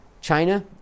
China